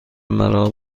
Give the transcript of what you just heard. مرا